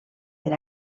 per